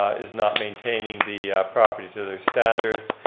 is not maintaining the property to their standards,